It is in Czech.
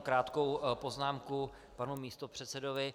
Jenom krátkou poznámku k panu místopředsedovi.